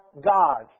God